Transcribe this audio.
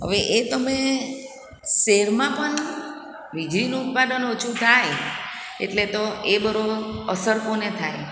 હવે એ તમે શહેરમાં પણ વીજળીનું ઉત્પાદન ઓછું થાય એટલે તો એ બરાબર અસર કોને થાય